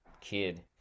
kid